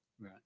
Right